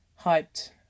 Hyped